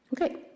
Okay